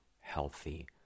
healthy